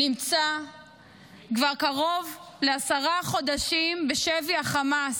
נמצא כבר קרוב לעשרה חודשים בשבי החמאס.